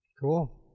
Cool